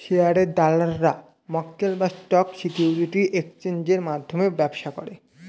শেয়ারের দালালরা মক্কেল বা স্টক সিকিউরিটির এক্সচেঞ্জের মধ্যে ব্যবসা করে